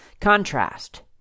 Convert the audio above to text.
contrast